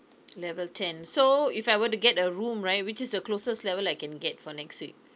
level ten so if I were to get a room right which is the closest level I can get for next week